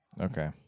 Okay